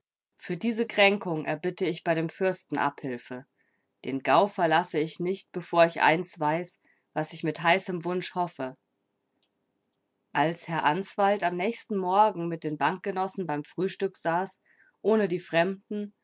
für diese kränkung erbitte ich bei dem fürsten abhilfe den gau verlasse ich nicht bevor ich eins weiß was ich mit heißem wunsch hoffe als herr answald am nächsten morgen mit den bankgenossen beim frühstück saß ohne die fremden